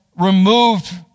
removed